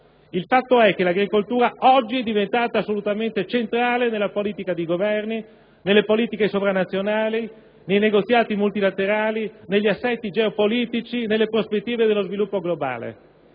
il fatto è che l'agricoltura oggi è diventata assolutamente centrale nella politica dei Governi, nelle politiche sovranazionali, nei negoziati multilaterali, negli assetti geopolitici, nelle prospettive dello sviluppo globale.